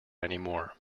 anymore